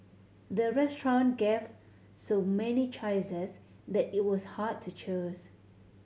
the restaurant gave so many choices that it was hard to choose